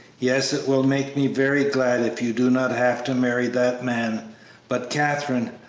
yes it will make me very glad if you do not have to marry that man but, katherine,